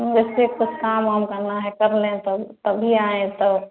जैसे कुछ काम वाम करना है कर लें तो तभी आएं तो